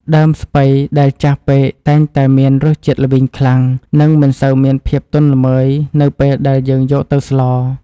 ដើមស្ពៃដែលចាស់ពេកតែងតែមានរសជាតិល្វីងខ្លាំង និងមិនសូវមានភាពទន់ល្មើយនៅពេលដែលយើងយកទៅស្ល។